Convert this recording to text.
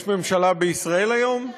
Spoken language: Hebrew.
יש ממשלה בישראל היום?